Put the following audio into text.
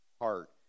heart